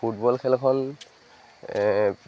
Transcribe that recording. football খেলখন